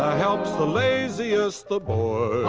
ah help's the laziest! the boys